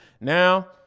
Now